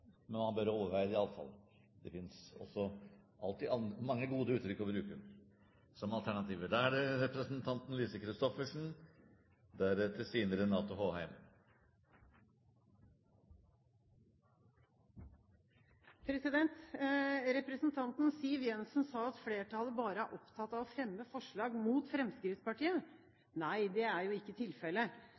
Man bør i alle fall overveie det. Det finnes også alltid mange andre gode uttrykk å bruke som alternativer. Representanten Siv Jensen sa at flertallet bare er opptatt av å fremme forslag mot Fremskrittspartiet. Nei, det er jo ikke tilfellet.